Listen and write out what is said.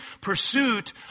pursuit